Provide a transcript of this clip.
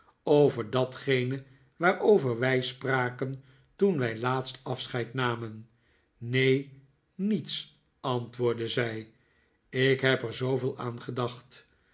over datgene waarover wij spraken toen wij laatst afscheid namen neen niets antwoordde zij ik heb er zooveel aan gedacht